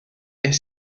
est